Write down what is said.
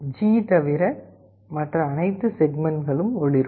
G தவிர மற்ற அனைத்து செக்மெண்ட்களும் ஒளிரும்